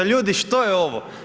Ljudi što je ovo?